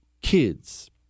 Kids